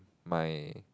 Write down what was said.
my